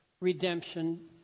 redemption